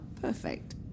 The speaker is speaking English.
perfect